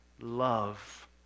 love